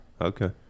Okay